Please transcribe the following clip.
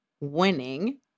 winning